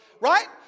right